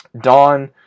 Dawn